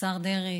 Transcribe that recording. השר דרעי,